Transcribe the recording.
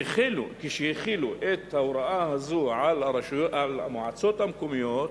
כשהחילו את ההוראה הזאת על המועצות המקומיות,